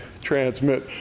transmit